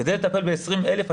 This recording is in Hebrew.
כדי לטפל ב-20,000 בקשות,